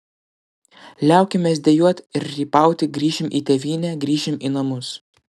liaukimės dejuot ir rypauti grįšim į tėvynę grįšim į namus